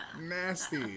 Nasty